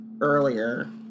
earlier